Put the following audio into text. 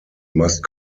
must